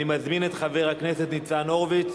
אני מזמין את חבר הכנסת ניצן הורוביץ.